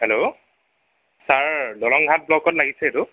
hello sir Dalanghat ব্লকত লাগিছে এইটো